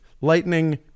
lightning